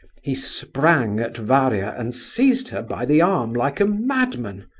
he sprang at varia and seized her by the arm like a madman.